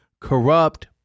corrupt